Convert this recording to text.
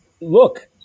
look